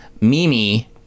Mimi